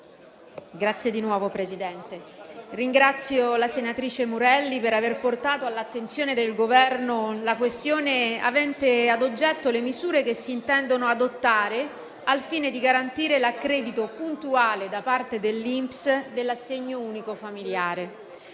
sociali*. Signor Presidente, ringrazio la senatrice Murelli per aver portato all'attenzione del Governo la questione avente ad oggetto le misure che si intendono adottare, al fine di garantire l'accredito puntuale da parte dell'INPS dell'assegno unico familiare.